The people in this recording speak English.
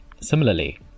Similarly